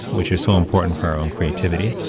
which is so important for our own creativity.